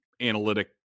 analytic